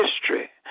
history